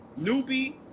Newbie